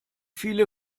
viele